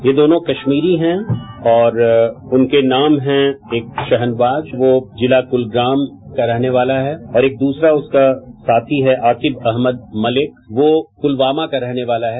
ये दोनों कश्मीरी हैं और उनके नाम हैं शहनवाज वो जिला कुलग्राम का रहने वाला है और एक दूसरा साथी है आकिब अहमद मलिक वो कुलवामा का रहने वाला है